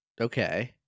Okay